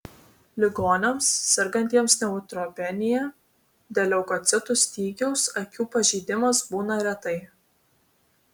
ligoniams sergantiems neutropenija dėl leukocitų stygiaus akių pažeidimas būna retai